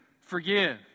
forgive